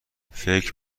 فکر